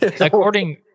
According